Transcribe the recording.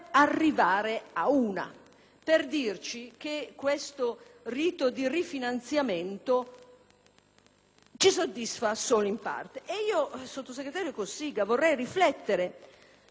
ci soddisfa solo in parte. Sottosegretario Cossiga, vorrei riflettere sul motivo della sua freddezza su questo nodo, quando lei rispose in Commissione